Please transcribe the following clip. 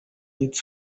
its